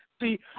See